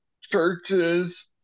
churches